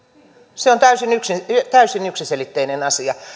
se on täysin yksiselitteinen asia